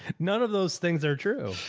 none of those things are true.